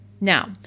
Now